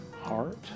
Heart